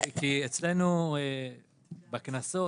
בבקשה.